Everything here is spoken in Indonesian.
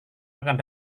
akan